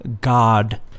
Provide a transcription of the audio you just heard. God